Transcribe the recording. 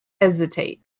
hesitate